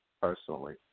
personally